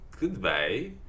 Goodbye